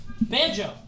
banjo